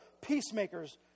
peacemakers